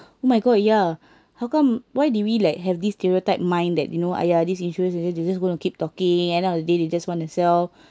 oh my god ya how come why did we like have this stereotype mind that you know !aiya! this insurance agent they just gonna keep talking end of the day they just want to sell